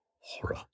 horror